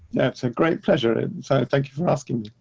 that's a great pleasure. so thank you for asking me.